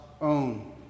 own